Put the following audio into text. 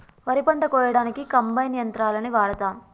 వరి పంట కోయడానికి కంబైన్ యంత్రాలని వాడతాం